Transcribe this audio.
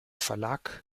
verlag